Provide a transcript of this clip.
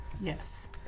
Yes